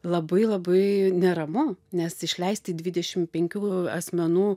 labai labai neramu nes išleisti dvidešim penkių asmenų